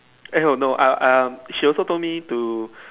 eh oh no ah um she also told me to